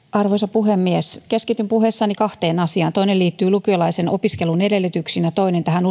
arvoisa puhemies keskityn puheessani kahteen asiaan toinen liittyy lukiolaisen opiskelun edellytyksiin ja toinen tähän